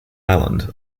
island